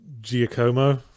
Giacomo